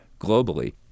globally